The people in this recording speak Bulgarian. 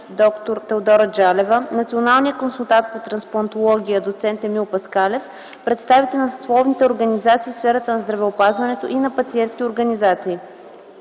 д-р Теодора Джалева, националният консултант по трансплантология доц. Емил Паскалев, представители на съсловните организации в сферата на здравеопазването и на пациентски организации.